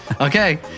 Okay